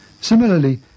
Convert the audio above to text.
Similarly